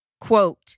quote